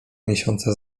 miesiąca